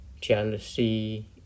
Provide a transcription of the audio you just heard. jealousy